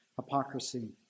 hypocrisy